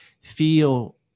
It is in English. feel